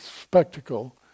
spectacle